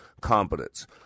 competence